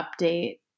update